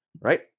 right